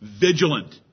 vigilant